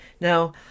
Now